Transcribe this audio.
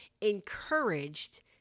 encouraged